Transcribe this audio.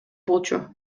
болчу